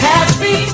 Happy